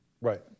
Right